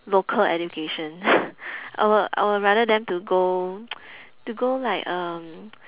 local education I'll I'll rather them to go to go like um